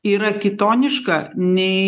yra kitoniška nei